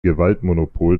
gewaltmonopol